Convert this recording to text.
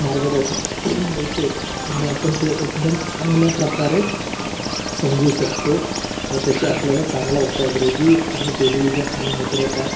मार्गदर्शन मिळते आणि आपण ते एकदम चांगल्या प्रकारे समजू शकतो व त्याची आपल्याला चांगला उपयोग रेडिओ आणि टेलिव्हिजन आणि मुद्रता